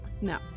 No